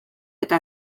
eta